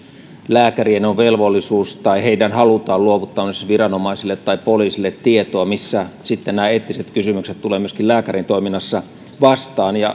lääkärien on velvollisuus tai heidän halutaan luovuttavan esimerkiksi viranomaisille tai poliisille tietoa missä sitten nämä eettiset kysymykset tulevat myöskin lääkärin toiminnassa vastaan